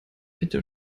bitte